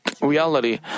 reality